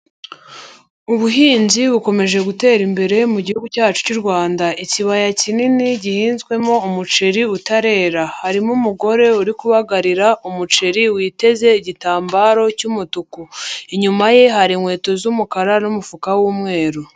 Ubuhinzi bukomeje gutera imbere mu gihugu cyacu cy'u Rwanda. Ikibaya kinini gihinzwemo umuceri utarera. Harimo umugore uri kubagarira umuceri, witeze igitambaro cy'umutuku. Inyuma ye hari inkweto z'umukara n'umufuka w'umweru.